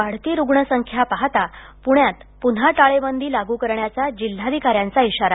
वाढती रुग्णसंख्या पाहता पूण्यात पून्हा टाळेबंदी लागू करण्याचा जिल्हाधिका यांचा इशारा